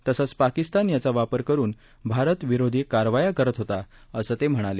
तसंच पाकिस्तान याचा वापर करुन भारत विरोधी कारवाया करत होता असं ते म्हणाले